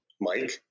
Mike